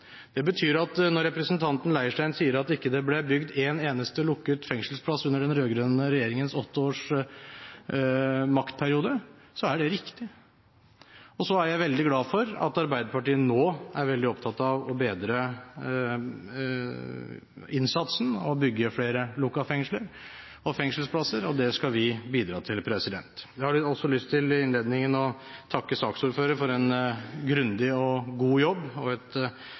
Det betyr at når representanten Leirstein sier at det ikke ble bygd en eneste lukket fengselsplass under den rød-grønne regjeringens åtte års maktperiode, så er det riktig. Så er jeg veldig glad for at Arbeiderpartiet nå er veldig opptatt av å bedre innsatsen og bygge flere lukkede fengsler og fengselsplasser, og det skal vi bidra til. Jeg har også lyst til i innledningen å takke saksordføreren for en grundig og god jobb og et